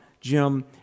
Jim